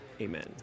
Amen